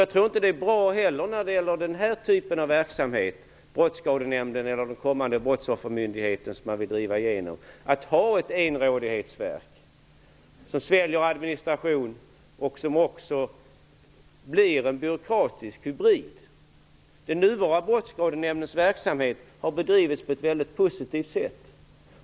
Jag tror inte heller att det är bra när det gäller den här typen av verksamhet -- i Brottsskadenämnden eller i den kommande brottsoffermyndigheten, som man vill driva igenom -- att ha ett enrådighetsverk, som sväljer administration och som blir en byråkratisk hybrid. Den nuvarande Brottsskadenämndens verksamhet har bedrivits på ett mycket positivt sätt.